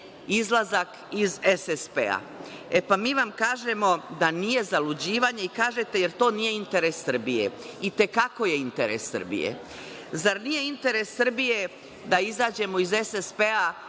izlazak iz SSP, e, pa, mi vam kažemo da nije zaluđivanje, i kažete – jer to nije interes Srbije. I te kako je interes Srbije. Zar nije interes Srbije da izađemo iz SSP